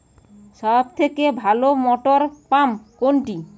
সবথেকে ভালো মটরপাম্প কোনটি?